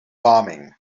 bombing